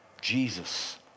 Jesus